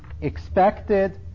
expected